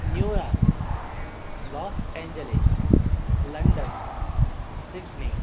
New York Los Angeles London Sydney